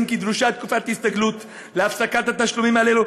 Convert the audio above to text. שדרושה תקופת הסתגלות להפסקת התשלומים הללו,